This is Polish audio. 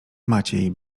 maciej